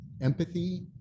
empathy